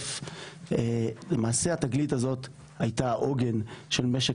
TCF1. למעשה התגלית הזאת הייתה עוגן של משק